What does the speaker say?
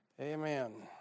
Amen